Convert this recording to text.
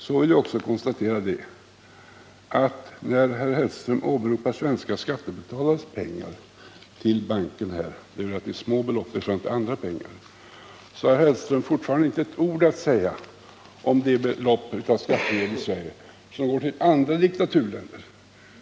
Så vill jag också konstatera att när herr Hellström åberopar svenska skattebetalares pengar till banken —det är fråga om relativt små belopp — så har herr Hellström fortfarande inte ett ord att säga om de svenska skattemedel som går till andra diktaturländer.